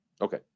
okay